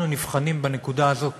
אנחנו נבחנים בנקודה הזאת כחברה,